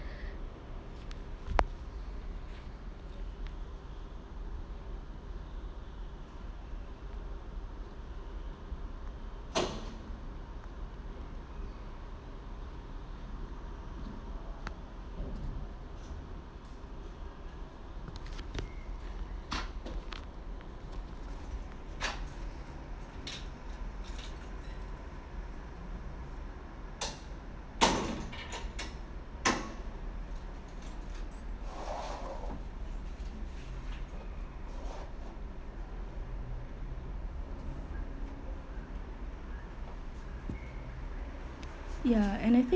ya and I think